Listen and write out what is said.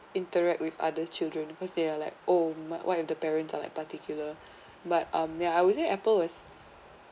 interact with other children because they are like oh my what if the parents are like particular but um ya I would say apple was